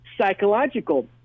psychological